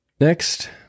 Next